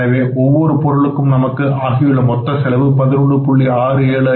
எனவே ஒவ்வொரு பொருளுக்கும் நமக்கு ஆகியுள்ள மொத்த செலவு 11